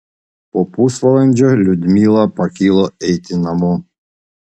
po pusvalandžio liudmila pakilo eiti namo